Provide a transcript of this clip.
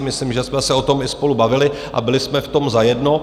Myslím, že jsme se o tom i spolu bavili a byli jsme v tom zajedno.